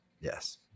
Yes